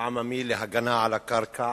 העממי להגנה על הקרקע